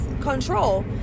control